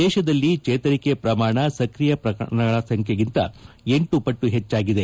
ದೇಶದಲ್ಲಿ ಚೇತರಿಕೆ ಪ್ರಮಾಣ ಸಕ್ರಿಯ ಪ್ರಕರಣಗಳ ಸಂಖ್ಯೆಗಿಂತ ಎಂಟು ಪಟ್ಟು ಹೆಚ್ಚಾಗಿದೆ